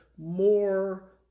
more